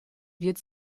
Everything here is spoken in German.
wird